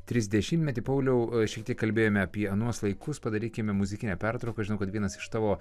trisdešimtmetį pauliau šiek tiek kalbėjome apie anuos laikus padarykime muzikinę pertrauką žinau kad vienas iš tavo